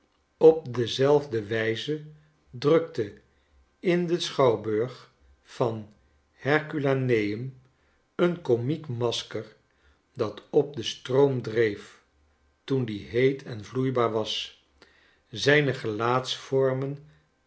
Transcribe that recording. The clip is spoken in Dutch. op dezelfde wijze drukte in den schouwburg van h e r c u a n e u m een komiek masker dat op den stroom dreef toen die heet en vloeibaar was zyne